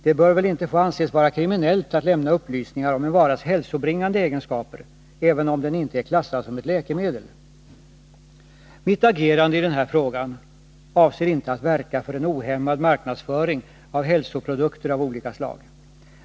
Det bör väl inte få anses vara kriminellt att lämna upplysningar om en varas hälsobringande egenskaper, även om den inte är klassad som ett läkemedel. Med mitt agerande i den här frågan avser jag inte att verka för en ohämmad marknadsföring av hälsoprodukter av olika slag.